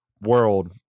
world